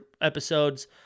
episodes